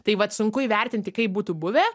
tai vat sunku įvertinti kaip būtų buvę